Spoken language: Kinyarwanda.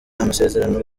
amasezerano